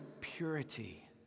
purity